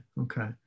okay